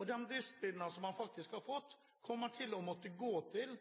De driftsmidlene som man faktisk har fått, kommer til å måtte gå til